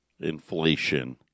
inflation